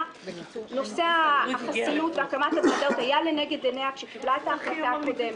נושא החסינות והקמת הוועדות היה לנגד עיניה כשקיבלה את ההחלטה הקודמת,